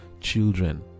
children